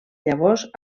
llavors